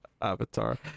Avatar